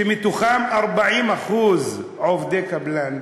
ש-40% מהם עובדי קבלן,